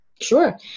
Sure